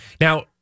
Now